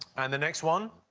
and the next one.